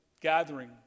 gathering